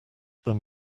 them